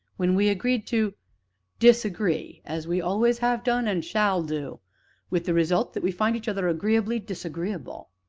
when we agreed to disagree, as we always have done, and shall do with the result that we find each other agreeably disagreeable.